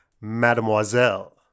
Mademoiselle